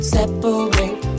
Separate